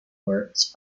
works